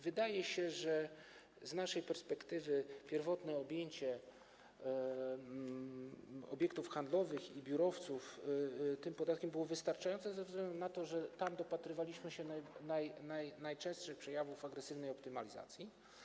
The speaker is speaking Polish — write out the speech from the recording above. Wydaje się, że z naszej perspektywy pierwotne objęcie obiektów handlowych i biurowców tym podatkiem było wystarczające ze względu na to, że tam dopatrywaliśmy się najczęstszych przejawów agresywnej optymalizacji.